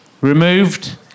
Removed